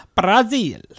Brazil